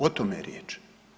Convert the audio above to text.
O tome je riječ.